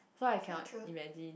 so I cannot imagine